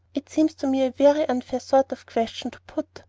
it seems to me a very unfair sort of question to put,